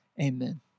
Amen